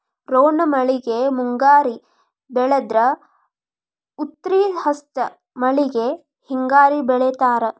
ರೋಣಿ ಮಳೆಗೆ ಮುಂಗಾರಿ ಬೆಳದ್ರ ಉತ್ರಿ ಹಸ್ತ್ ಮಳಿಗೆ ಹಿಂಗಾರಿ ಬೆಳಿತಾರ